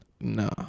No